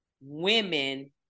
women